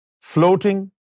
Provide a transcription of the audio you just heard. floating